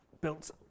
built